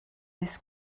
this